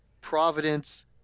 Providence